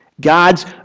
God's